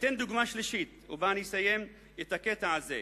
אתן דוגמה שלישית, ובה אסיים את הקטע הזה.